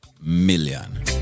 million